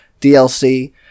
dlc